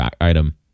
item